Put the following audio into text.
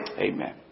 Amen